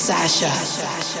Sasha